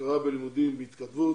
הכרה בלימודים בהתכתבות,